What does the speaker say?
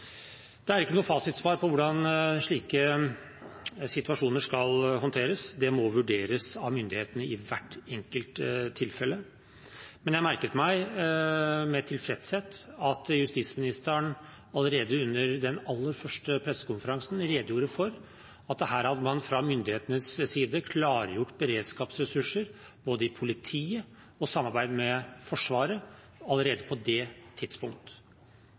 Det er ikke noe fasitsvar på hvordan slike situasjoner skal håndteres – det må vurderes av myndighetene i hvert enkelt tilfelle. Men jeg merket meg med tilfredshet at justisministeren allerede under den aller første pressekonferansen – allerede på dét tidspunktet – redegjorde for at man fra myndighetenes side hadde klargjort beredskapsressurser i politiet og samarbeidet med Forsvaret. Det